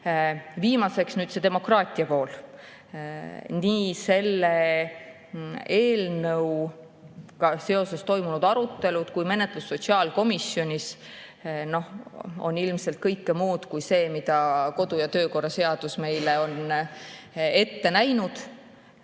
Viimaseks demokraatia pool. Nii selle eelnõuga seoses toimunud arutelud kui ka menetlus sotsiaalkomisjonis on ilmselt kõike muud kui see, mida kodu- ja töökorra seadus meile on ette näinud.